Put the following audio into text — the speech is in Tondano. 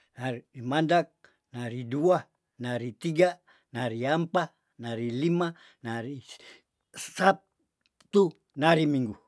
Ari imandak nari dua, nari tiga, nari ampa, nari lima, nari sabtu, nari minggu.